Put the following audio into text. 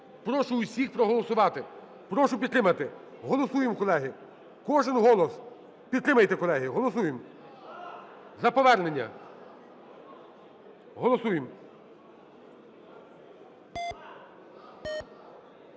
Прошу усіх проголосувати. Прошу підтримати. Голосуємо, колеги. Кожен голос, підтримайте, колеги, голосуємо. За повернення. Голосуємо.